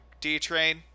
D-Train